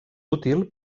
útil